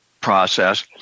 process